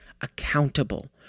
accountable